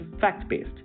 fact-based